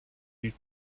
die